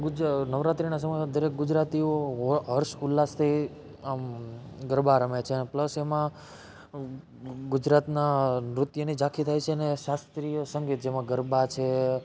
ગુજ નવરાત્રિના સમયમાં દરેક ગુજરાતીઓ હર્ષ ઉલ્લાસથી આમ ગરબા રમે છે ને પ્લસ એમાં ગુજરાતનાં નૃત્યની ઝાંખી થાય છે અને શાસ્ત્રીય સંગીત જેમાં ગરબા છે